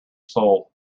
soul